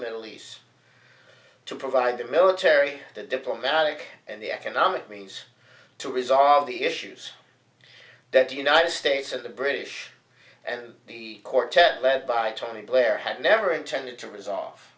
middle east to provide the military the diplomatic and the economic means to resolve the issues that the united states of the british and the quartet led by tony blair had never intended to resolve